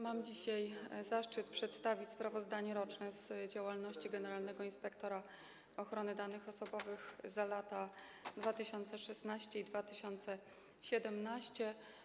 Mam dzisiaj zaszczyt przedstawić sprawozdanie roczne z działalności generalnego inspektora ochrony danych osobowych za lata 2016 i 2017.